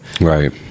right